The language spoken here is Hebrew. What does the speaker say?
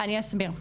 אני אסביר.